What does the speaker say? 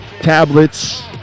tablets